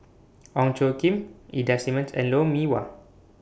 Ong Tjoe Kim Ida Simmons and Lou Mee Wah